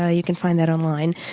ah you can find that online.